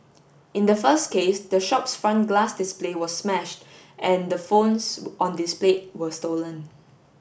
in the first case the shop front glass display was smashed and the phones on displayed were stolen